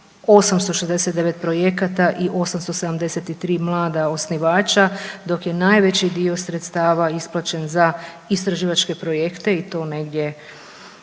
869 projekata i 873 mlada osnivača, dok je najveći dio sredstava isplaćen za istraživačke projekte i to negdje